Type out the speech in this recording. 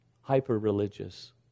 Hyper-religious